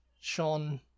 Sean